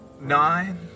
nine